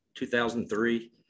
2003